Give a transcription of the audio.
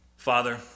Father